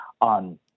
on